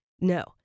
no